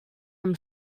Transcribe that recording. them